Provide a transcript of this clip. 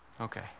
Okay